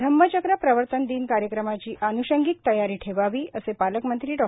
धम्मचक्र प्रवर्तन दिन कार्यक्रमाची आन्षंगिक तयारी ठेवावी असे पालकमंत्री डॉ